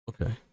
Okay